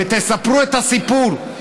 ותספרו את הסיפור,